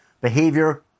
behavior